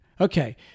okay